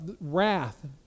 wrath